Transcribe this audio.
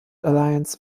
alliance